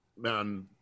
man